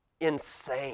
insane